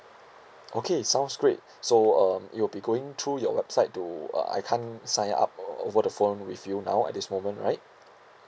okay sounds great so um it'll be going through your website to uh I can't sign up o~ over the phone with you now at this moment right